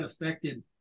affected